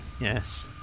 Yes